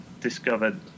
discovered